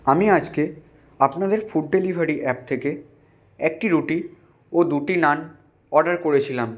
আমি আজকে আপনাদের ফুড ডেলিভারি অ্যাপ থেকে একটি রুটি ও দুটি নান অর্ডার করেছিলাম